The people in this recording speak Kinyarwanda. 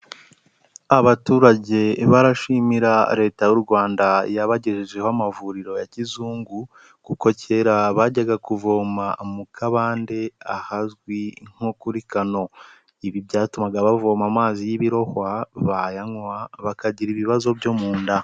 Abaturage barashimira Leta y'u Rwanda yabagejejeho amavuriro ya kizungu kuko kera bajyaga kuvoma mu kabande ahazwi nko kuri kano. Ibi byatumaga bavoma amazi y'ibirohwa, bayanywa bakagira ibibazo byo mu nda.